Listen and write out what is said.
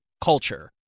culture